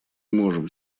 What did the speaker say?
можем